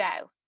go